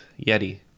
Yeti